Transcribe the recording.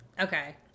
Okay